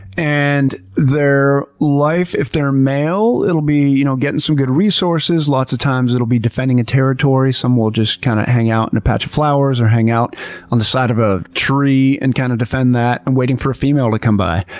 and their life, if they're male, it'll be, you know, getting some good resources. lots of times it'll be defending a territory. some will just, kind of, hang out in a patch of flowers or hang out on the side of a tree and kind of defend that and waiting for a female to come by.